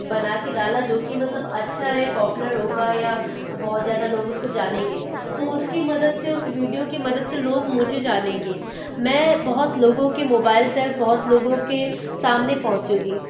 बना के डाला जो कि मतलब अच्छा है पोपुलर होगा या बहुत ज्यादा लोग उसको जानेंगे तो उसकी मदद से उस विडियो की मदद से लोग मुझे जानेंगे मैं बहुत लोगों के मोबाईल तक बहुत लोगों के सामने पहुँचूँगी